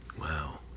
Wow